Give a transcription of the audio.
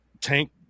tank